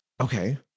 Okay